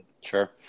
Sure